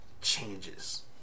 changes